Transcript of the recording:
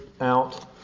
out